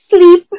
sleep